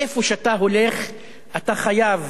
איפה שאתה הולך אתה חייב